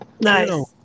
Nice